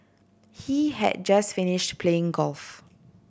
he had just finished playing golf